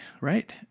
right